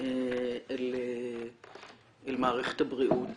אל מערכת הבריאות